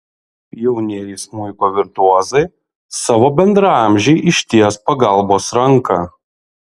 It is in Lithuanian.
jaunieji smuiko virtuozai savo bendraamžei išties pagalbos ranką